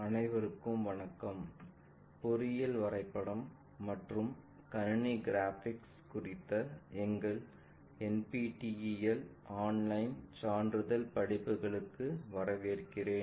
அனைவருக்கும் வணக்கம் பொறியியல் வரைபடம் மற்றும் கணினி கிராபிக்ஸ் குறித்த எங்கள் NPTEL ஆன்லைன் சான்றிதழ் படிப்புகளுக்கு வரவேற்கிறேன்